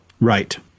Right